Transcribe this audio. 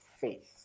faith